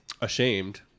ashamed